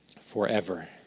forever